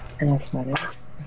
Athletics